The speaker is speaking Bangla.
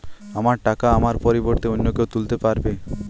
আমার টাকা আমার পরিবর্তে অন্য কেউ তুলতে পারবে?